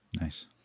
Nice